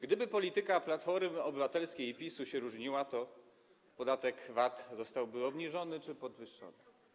Gdyby polityka Platformy Obywatelskiej i PiS się różniła, to podatek VAT zostałby obniżony czy podwyższony?